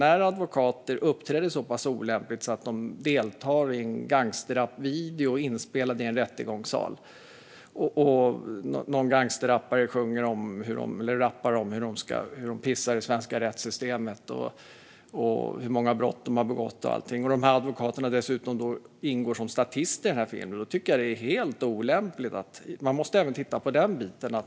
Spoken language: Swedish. När advokater uppträder så pass olämpligt att de deltar som statister i en gangsterrapvideo som är inspelad i en rättegångssal och där gangsterrappare rappar om att pissa på det svenska rättssystemet och om hur många brott de har begått tycker jag att man måste titta även på den biten.